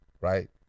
Right